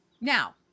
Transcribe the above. Now